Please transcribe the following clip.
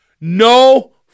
No